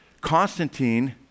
Constantine